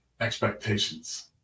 expectations